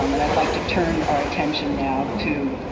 um and i'd like to turn our attention now to